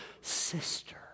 sister